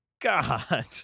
God